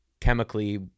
chemically